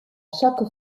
chaque